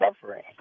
suffering